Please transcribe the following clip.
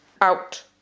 out